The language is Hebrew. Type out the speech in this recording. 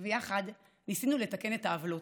ויחד ניסינו לתקן את העוולות.